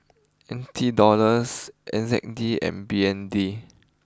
N T dollars N Z D and B N D